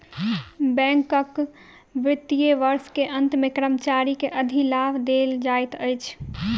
बैंकक वित्तीय वर्ष के अंत मे कर्मचारी के अधिलाभ देल जाइत अछि